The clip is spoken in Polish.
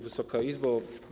Wysoka Izbo!